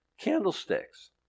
candlesticks